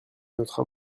notre